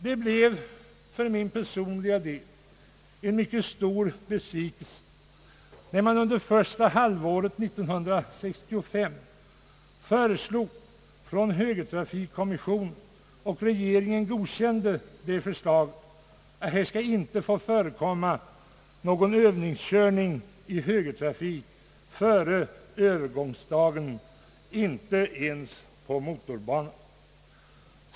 Det blev för min personliga del en mycket stor besvikelse när regeringen under första halvåret 1965 godkände högertrafikkommissionens förslag om att någon övningskörning i högertrafik inte skall få förekomma före övergångsdagen, inte ens på motorbanor.